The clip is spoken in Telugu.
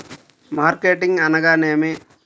మార్కెటింగ్ అనగానేమి?